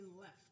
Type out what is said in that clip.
left